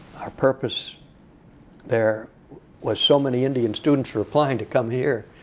our purpose there was, so many indian students were applying to come here,